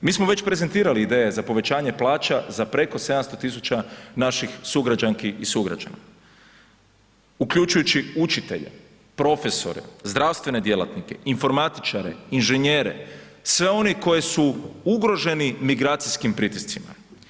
Mi smo već prezentirali ideje za povećanje plaća za preko 700 000 naših sugrađanki i sugrađana, uključujući učitelje, profesore, zdravstvene djelatnike, informatičare, inženjere sve one koji su ugroženi migracijskim pritiscima.